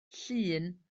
llun